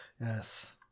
Yes